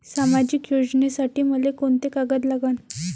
सामाजिक योजनेसाठी मले कोंते कागद लागन?